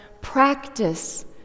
practice